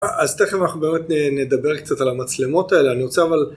אז תכף אנחנו באמת נדבר קצת על המצלמות האלה, אני רוצה אבל...